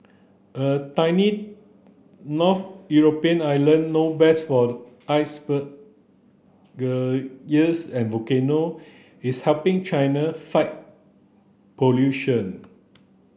a tiny north European island known best for iceberg geysers and volcano is helping China fight pollution